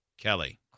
Kelly